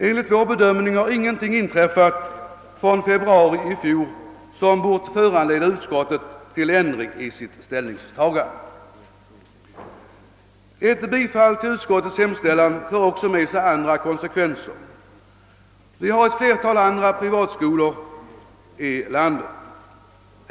Enligt vår bedömning har ingenting inträffat sedan februari i fjol som bör föranleda en ändring i utskottets inställning. Ett bifall till utskottsmajoritetens hemställan medför också andra konsekvenser. Vi har ett flertal andra privatskolor i landet.